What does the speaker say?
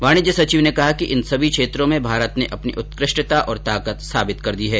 वाणिज्य सचिव ने कहा कि इन सभी क्षेत्रों में भारत ने अपनी उत्कृष्टता और ताकत साबित कर दी है